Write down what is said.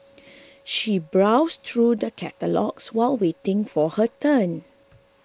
she browsed through the catalogues while waiting for her turn